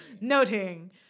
noting